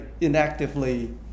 inactively